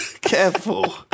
Careful